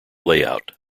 layout